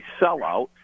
sellout